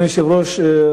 אדוני היושב-ראש,